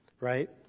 right